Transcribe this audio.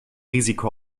risiko